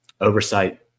oversight